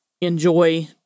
enjoy